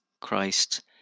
Christ